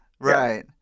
Right